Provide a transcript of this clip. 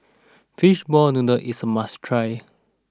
Fishball Noodle is a must try